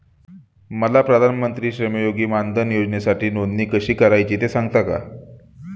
मला प्रधानमंत्री श्रमयोगी मानधन योजनेसाठी नोंदणी कशी करायची ते सांगता का?